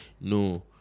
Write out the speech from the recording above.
no